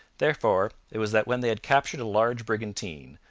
therefore it was that when they had captured a large brigantine,